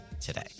today